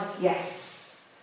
yes